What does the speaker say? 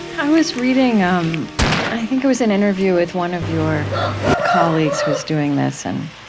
i was reading um i think it was an interview with one of your colleagues who was doing this, and